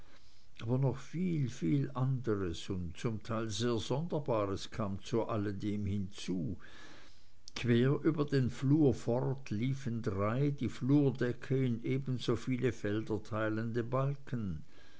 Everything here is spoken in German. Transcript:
aber noch viel viel anderes und zum teil sehr sonderbares kam zu dem allen hinzu quer über den flur fort liefen drei die flurdecke in ebenso viele felder teilende balken